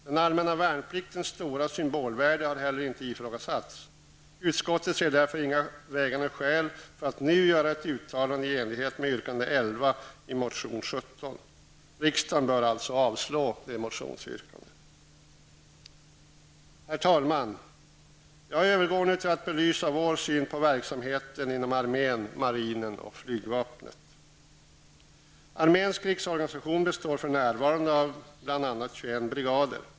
Den allmänna värnpliktens stora symbolvärde har heller inte ifrågasatts. Utskottet ser därför inga vägande skäl för att nu göra ett uttalande i enlighet med yrkande 11 i motion Fö17. Riksdagen bör således avslå motionsyrkandet. Herr talman! Jag övergår nu till att belysa vår syn på verksamheten inom armén, marinen och flygvapnet. Arméns krigsorganisation består för närvarande av bl.a. 21 brigader.